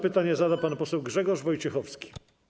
Pytanie zada pan poseł Grzegorz Wojciechowski.